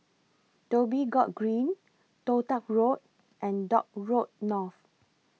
Dhoby Ghaut Green Toh Tuck Road and Dock Road North